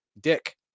Dick